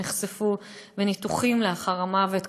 שנחשפו בניתוחים לאחר המוות,